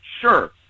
sure